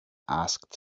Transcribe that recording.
asked